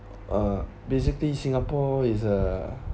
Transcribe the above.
uh basically singapore is a